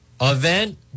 event